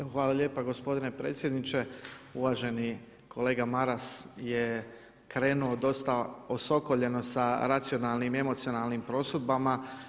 Evo hvala lijepa gospodine predsjedniče, uvaženi kolega Maras je krenuo dosta osokoljeno sa racionalnim, emocionalnim prosudbama.